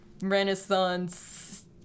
renaissance